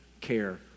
care